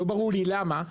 לא ברור לי למה,